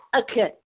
Okay